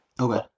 Okay